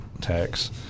tax